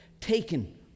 taken